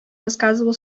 рассказывал